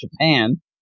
Japan